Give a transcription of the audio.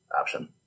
option